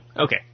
Okay